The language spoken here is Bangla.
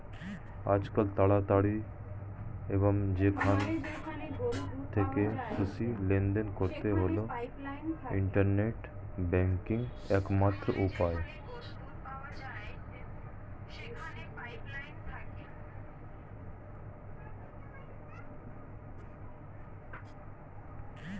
আজকাল তাড়াতাড়ি এবং যেখান থেকে খুশি লেনদেন করতে হলে ইন্টারনেট ব্যাংকিংই একমাত্র উপায়